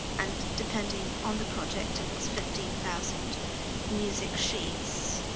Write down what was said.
and depending on the project, if it's fifteen thousand music sheets,